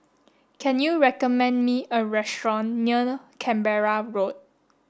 can you recommend me a restaurant near Canberra Road